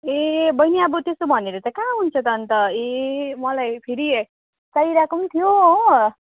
ए बहिनी अब त्यसो भनेर त कहाँ हुन्छ त अन्त ए मलाई फेरि चाहिरहेको पनि थियो हो